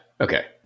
Okay